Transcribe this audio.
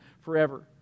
forever